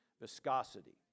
Viscosity